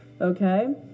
okay